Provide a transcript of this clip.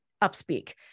up-speak